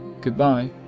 Goodbye